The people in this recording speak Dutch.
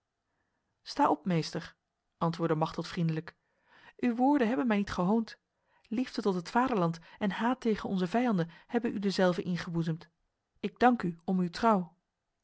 sta op meester antwoordde machteld vriendelijk uw woorden hebben mij niet gehoond liefde tot het vaderland en haat tegen onze vijanden hebben u dezelve ingeboezemd ik dank u om uw trouw